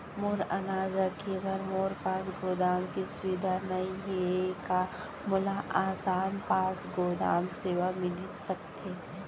मोर अनाज रखे बर मोर पास गोदाम के सुविधा नई हे का मोला आसान पास गोदाम सेवा मिलिस सकथे?